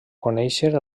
conèixer